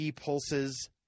pulses